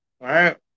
right